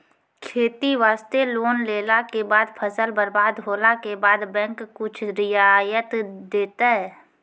खेती वास्ते लोन लेला के बाद फसल बर्बाद होला के बाद बैंक कुछ रियायत देतै?